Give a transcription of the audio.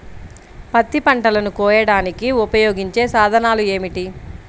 పత్తి పంటలను కోయడానికి ఉపయోగించే సాధనాలు ఏమిటీ?